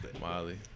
Molly